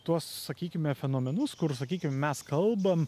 tuos sakykime fenomenus kur sakykim mes kalbam